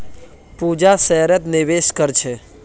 पूजा शेयरत निवेश कर छे